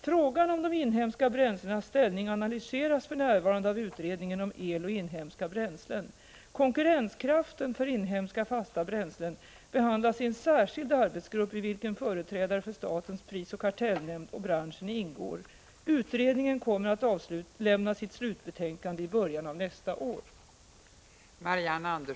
Frågan om de inhemska bränslenas ställning analyseras för närvarande av utredningen om el och inhemska bränslen . Konkurrenskraften för inhemska fasta bränslen behandlas i en särskild arbetsgrupp, i vilken företrädare för statens prisoch kartellnämnd och branschen ingår. Utredningen kommer att avlämna sitt slutbetänkande i början av nästa år.